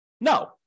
No